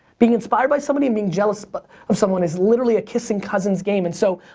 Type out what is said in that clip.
being inspired by somebody, and being jealous but of someone, is literally a kissing cousin's game, and so,